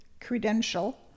credential